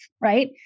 right